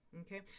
okay